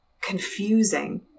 confusing